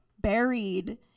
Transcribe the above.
buried